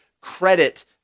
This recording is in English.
credit